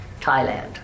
Thailand